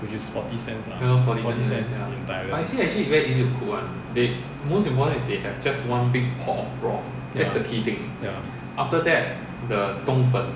which is forty cents lah forty cents can buy already ya ya